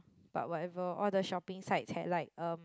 but whatever all the shopping sites had like um